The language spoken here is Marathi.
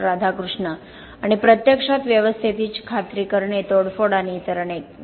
राधाकृष्ण आणि प्रत्यक्षात व्यवस्थेची खात्री करणे तोडफोड आणि इतर अनेक डॉ